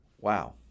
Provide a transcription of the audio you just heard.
wow